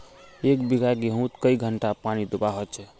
एक बिगहा गेँहूत कई घंटा पानी दुबा होचए?